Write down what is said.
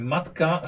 Matka